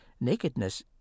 nakedness